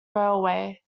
railway